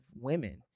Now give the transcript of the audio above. women